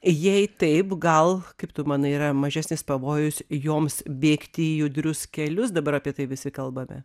jei taip gal kaip tu manai yra mažesnis pavojus joms bėgti į judrius kelius dabar apie tai visi kalbame